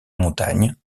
montagne